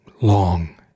long